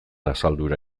asaldura